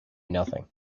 nothing